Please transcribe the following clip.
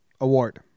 award